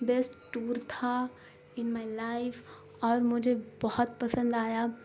best tour تھا in my life اور مجھے بہت پسند آیا